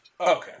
Okay